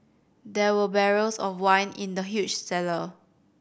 there were barrels of wine in the huge cellar